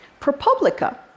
ProPublica